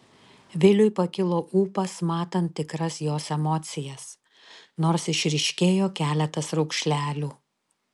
viliui pakilo ūpas matant tikras jos emocijas nors išryškėjo keletas raukšlelių